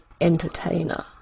Entertainer